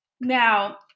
Now